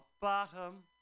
bottom